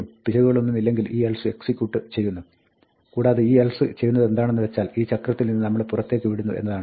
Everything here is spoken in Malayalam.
പിശകുകളൊന്നുമില്ലെങ്കിൽ ഈ എൽസ് എക്സിക്യൂട്ട് ചെയ്യുന്നു കൂടാതെ ഈ എൽസ് ചെയ്യുന്നതെന്താണെന്ന് വെച്ചാൽ ഈ ചക്രത്തിൽ നിന്ന് നമ്മളെ പുറത്തേക്ക് വിടുന്നു എന്നതാണ്